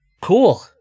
Cool